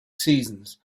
seasons